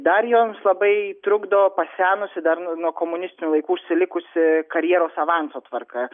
dar joms labai trukdo pasenusi dar nuo komunistinių laikų užsilikusi karjeros avanso tvarka